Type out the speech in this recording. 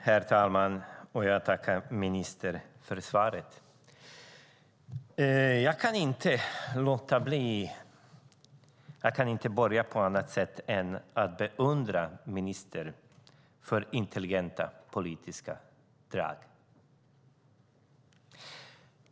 Herr talman! Jag tackar ministern för svaret. Jag kan inte börja på något annat sätt än att beundra ministern för intelligenta politiska drag.